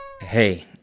Hey